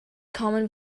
common